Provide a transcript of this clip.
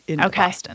Okay